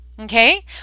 Okay